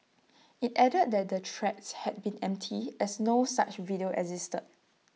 IT added that the threats had been empty as no such video existed